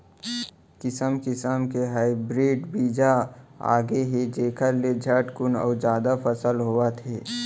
किसम किसम के हाइब्रिड बीजा आगे हे जेखर ले झटकुन अउ जादा फसल होवत हे